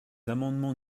amendements